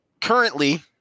currently